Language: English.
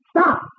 Stop